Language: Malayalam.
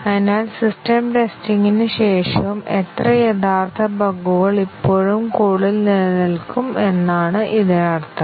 അതിനാൽ സിസ്റ്റം ടെസ്റ്റിംഗിന് ശേഷവും എത്ര യഥാർത്ഥ ബഗുകൾ ഇപ്പോഴും കോഡിൽ നിലനിൽക്കും എന്നാണ് ഇതിനർത്ഥം